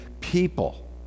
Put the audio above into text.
people